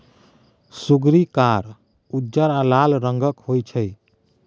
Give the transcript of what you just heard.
सुग्गरि कार, उज्जर आ लाल रंगक होइ छै